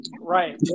Right